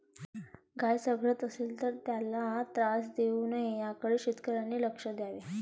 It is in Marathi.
गाय चघळत असेल तर त्याला त्रास देऊ नये याकडे शेतकऱ्यांनी लक्ष द्यावे